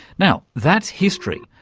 now, that's history,